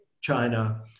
China